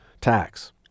tax